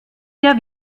der